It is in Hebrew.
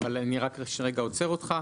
אני רק רגע עוצר אותך.